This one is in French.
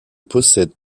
possède